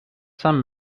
some